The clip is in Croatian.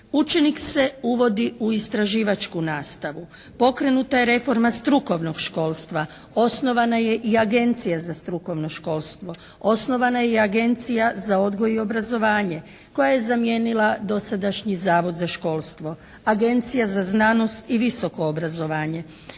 Učenik se uvodi u istraživačku nastavu. Pokrenuta je reforma strukovnog školstva. Osnovana je i Agencija za strukovno školstvo. Osnovana je i Agencija za odgoj i obrazovanje koja je zamijenila dosadašnji Zavod za školstvo. Agencija za znanost i visoko obrazovanje.